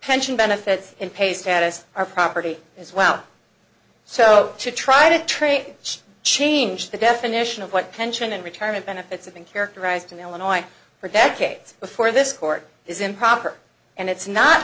pension benefits and pay status or property as well so to try to train change the definition of what pension and retirement benefits have been characterized in illinois for decades before this court is improper and it's not